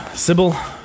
Sybil